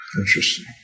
Interesting